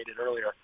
earlier